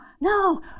no